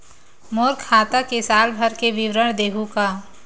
मोर खाता के साल भर के विवरण देहू का?